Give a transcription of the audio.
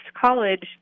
college